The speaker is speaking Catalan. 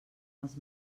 els